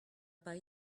pas